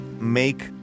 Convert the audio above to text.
Make